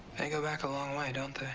they go back a long way, don't